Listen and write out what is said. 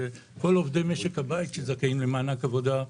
שכל עובדי משק הבית שזכאים למענק עבודה,